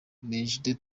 major